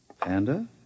Panda